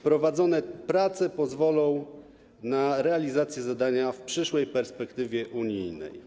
Prowadzone prace pozwolą na realizację zadania w przyszłej perspektywie unijnej.